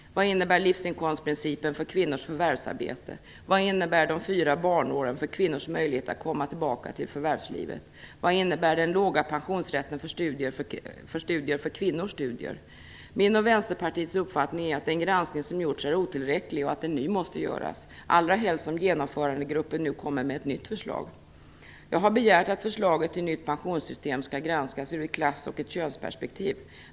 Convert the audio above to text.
Vad innebär livsinkomstprincipen för kvinnors förvärvsarbete? Vad innebär de fyra barnåren för kvinnors möjlighet att komma tillbaka till förvärvslivet? Vad innebär den ringa pensionsrätten för studier för kvinnors studier? Min och Vänsterpartiets uppfattning är att den granskning som gjorts är otillräcklig och att en ny måste göras, allra helst som genomförandegruppen nu kommer med ett nytt förslag. Jag har begärt att förslaget till nytt pensionssystem skall granskas ur ett klassoch könsperspektiv.